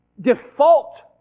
default